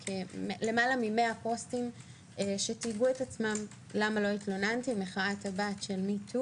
למעלה מ-100 פוסטים שתייגו את עצמם כך מחאת הבת של מי טו